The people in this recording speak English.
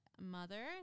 Mother